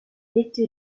detti